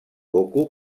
coco